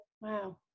wow